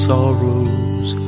sorrows